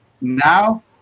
Now